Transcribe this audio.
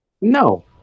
no